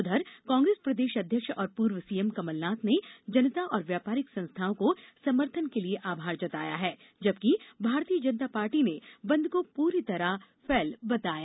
उधर कांग्रेस प्रदेश अध्यक्ष और पूर्व सीएम कमलनाथ ने जनता और व्यापारिक संस्थाओं को समर्थन के लिए आभार जताया है जबकि भारतीय जनता पार्टी ने बंद को पूरी तरह फेल बताया